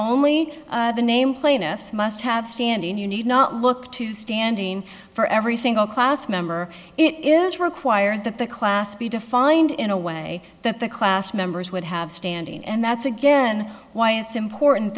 only the name plaintiffs must have standing you need not look to standing for every single class member it is required that the class be defined in a way that the class members would have standing and that's again why it's important